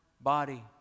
body